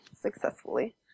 successfully